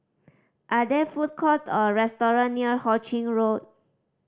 are there food court or restaurant near Ho Ching Road